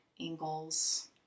angles